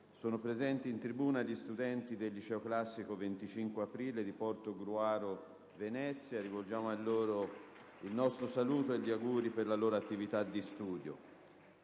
Sono presenti in tribuna gli studenti del liceo classico «XXV Aprile» di Portogruaro, in provincia di Venezia. Rivolgiamo loro il nostro saluto e gli auguri per la loro attività di studio.